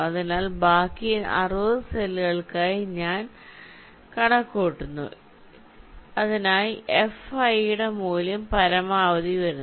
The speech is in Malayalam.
അതിനാൽ ബാക്കി 60 സെല്ലുകൾക്കായി ഞാൻ കണക്കുകൂട്ടുന്നു അതിനായി Fi യുടെ മൂല്യം പരമാവധി വരുന്നു